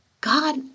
God